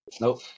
Nope